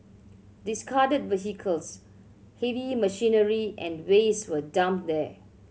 discarded vehicles heavy machinery and waste were dumped there